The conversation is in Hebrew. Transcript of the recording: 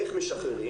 איך משחררים,